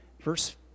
Verse